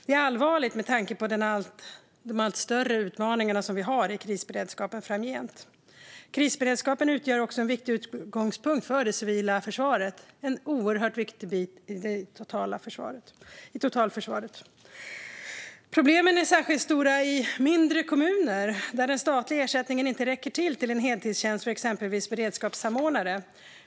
Detta är allvarligt med tanke på de allt större utmaningarna i krisberedskapen framgent. Krisberedskapen utgör också en viktig utgångspunkt för det civila försvaret - en oerhört viktig del i totalförsvaret. Problemen är särskilt stora i mindre kommuner, där den statliga ersättningen inte räcker till en heltidstjänst för exempelvis en beredskapssamordnare.